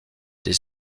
des